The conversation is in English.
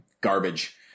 garbage